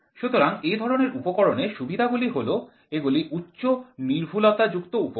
সুতরাং এধরনের উপকরণের সুবিধাগুলি হল এগুলি উচ্চ নির্ভুলতা যুক্ত উপকরণ